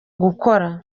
gukora